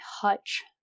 hutch